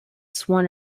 sworn